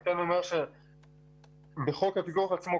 אני כן אומר שבחוק הפיקוח עצמו,